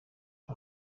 nta